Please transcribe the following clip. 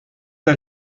der